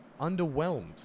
underwhelmed